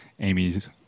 Amy's